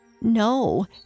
No